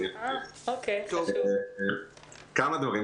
כמה דברים.